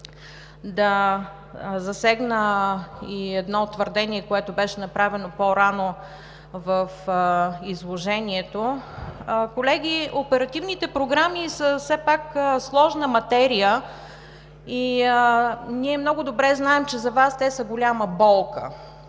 да засегна и едно твърдение, което беше направено по-рано в изложението. Колеги, оперативните програми са все пак сложна материя и ние много добре знаем, че за Вас те са голяма болка.